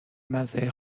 مزه